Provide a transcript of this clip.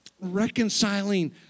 reconciling